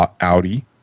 Audi